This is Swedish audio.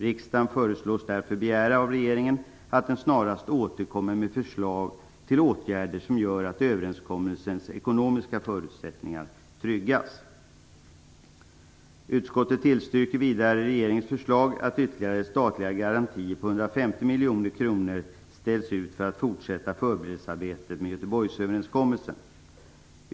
Riksdagen föreslås därför begära av regeringen att den snarast återkommer med förslag till åtgärder som gör att överenskommelsens ekonomiska förutsättningar tryggas. Utskottet tillstyrker vidare regeringens förslag att ytterligare statliga garantier på 150 miljoner kronor ställs ut för en fortsättning av arbetet med Görteborgsöverenskommelsen.